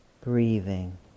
Breathing